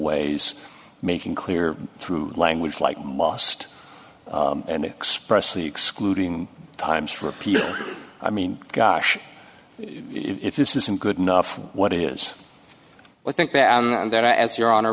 ways making clear through language like maust and express the excluding times for appeal i mean gosh if this isn't good enough what is what think that there as your honor